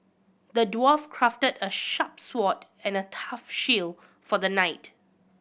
the dwarf crafted a sharp sword and a tough shield for the knight